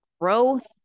growth